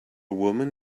woman